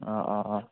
অঁ অঁ অঁ